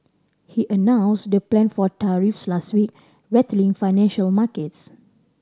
he announced the plan for tariffs last week rattling financial markets